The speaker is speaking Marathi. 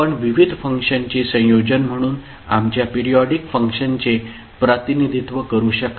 आपण विविध फंक्शनचे संयोजन म्हणून आमच्या पिरिऑडिक फंक्शनचे प्रतिनिधित्व करू शकता